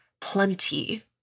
plenty